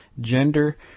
gender